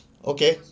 okay